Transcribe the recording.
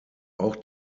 auch